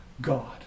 God